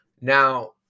Now